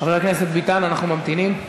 חבר הכנסת ביטן, אנחנו ממתינים.